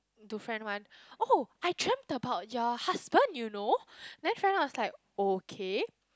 to friend one oh I dreamt about your husband you know then friend one was like okay